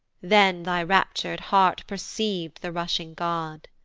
then thy raptur'd heart perceiv'd the rushing god